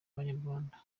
z’abanyarwanda